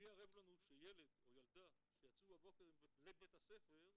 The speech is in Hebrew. מי ערב לנו שילד או ילדה שיצאו בבוקר לבית הספר היסודי,